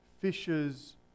fishers